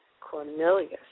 Cornelius